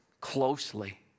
closely